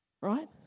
right